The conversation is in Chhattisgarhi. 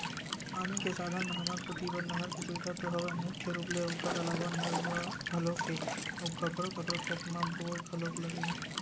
पानी के साधन म हमर कोती बर नहर के सुबिधा तो हवय मुख्य रुप ले ओखर अलावा नरूवा घलोक हे अउ कखरो कखरो खेत म बोर घलोक लगे हे